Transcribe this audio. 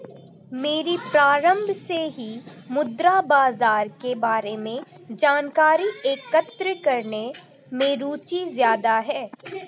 मेरी प्रारम्भ से ही मुद्रा बाजार के बारे में जानकारी एकत्र करने में रुचि ज्यादा है